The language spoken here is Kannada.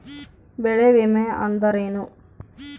ಬೆಳೆ ವಿಮೆ ಅಂದರೇನು?